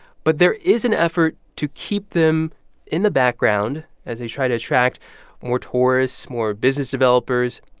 but there is an effort to keep them in the background as they try to attract more tourists, more business developers.